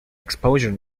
exposure